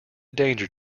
danger